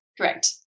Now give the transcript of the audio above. Correct